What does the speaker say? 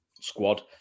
squad